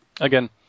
again